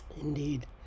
Indeed